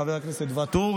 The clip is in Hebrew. חבר הכנסת ואטורי.